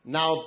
Now